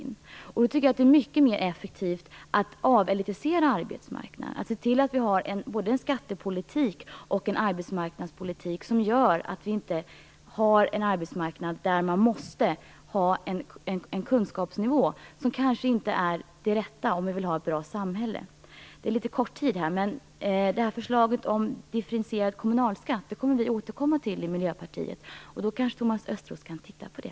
Jag tycker att det är mycket mer effektivt att avelitisera arbetsmarknaden och se till att vi har både en skattepolitik och en arbetsmarknadspolitik som leder till en arbetsmarknad där man inte måste ha en viss kunskapsnivå. Det är kanske inte det rätta om vi vill ha ett bra samhälle. Förslaget om differentierad kommunalskatt kommer vi i Miljöpartiet att återkomma till. Då kan kanske Thomas Östros titta på det.